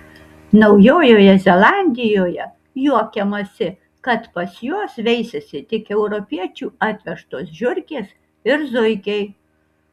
naujojoje zelandijoje juokiamasi kad pas juos veisiasi tik europiečių atvežtos žiurkės ir zuikiai